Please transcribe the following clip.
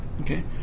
okay